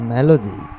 Melody